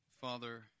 Father